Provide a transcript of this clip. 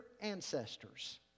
ancestors